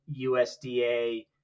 USDA